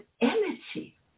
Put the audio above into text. energy